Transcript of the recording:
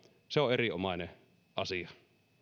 se on erinomainen asia